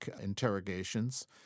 interrogations